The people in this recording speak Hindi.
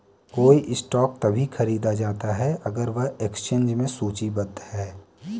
कोई स्टॉक तभी खरीदा जाता है अगर वह एक्सचेंज में सूचीबद्ध है